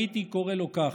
הייתי קורא לו כך.